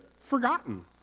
forgotten